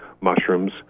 mushrooms